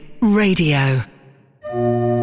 Radio